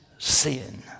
sin